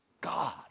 God